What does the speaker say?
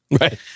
Right